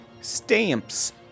stamps